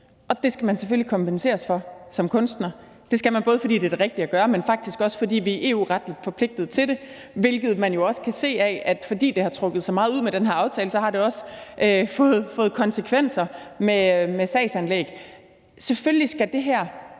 og det skal man selvfølgelig kompenseres for som kunstner. Det skal man, både fordi det er det rigtige at gøre, men faktisk også fordi vi er EU-retligt forpligtet til det, hvilket man også kan se af, at fordi det har trukket så meget ud med den her aftale, har det også fået konsekvenser i form af sagsanlæg. Selvfølgelig skal det her